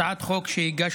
הצעת חוק שהגשנו